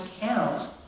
count